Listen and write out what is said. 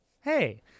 Hey